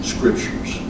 Scriptures